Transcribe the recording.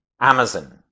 amazon